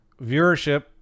Viewership